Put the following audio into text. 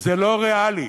זה לא ריאלי.